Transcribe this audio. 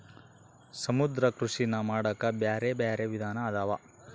ಸಮುದ್ರ ಕೃಷಿನಾ ಮಾಡಾಕ ಬ್ಯಾರೆ ಬ್ಯಾರೆ ವಿಧಾನ ಅದಾವ